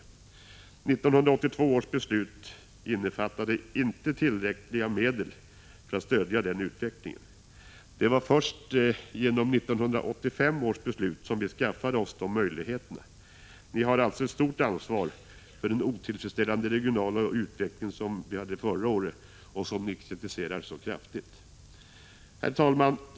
1982 års beslut innefattade inte tillräckliga medel för att stödja den utvecklingen. Det var först genom 1985 års beslut som vi skaffade oss de möjligheterna. Ni har alltså ett stort ansvar för den otillfredsställande regionala utvecklingen förra året och som ni kritiserar så kraftigt. Herr talman!